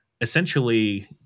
essentially